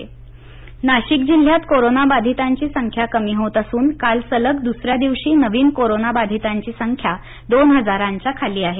नाशिक संख्या नाशिक जिल्ह्यात कोरोनाबधितांची संख्या कमी होत असून काल सलग दुसऱ्या दिवशी नवीन कोरोनाबधितांची संख्या दोन हजारांच्या खाली आहे